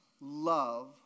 love